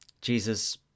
Jesus